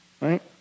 Right